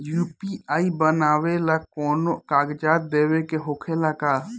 UPI बनावेला कौनो कागजात देवे के होखेला का?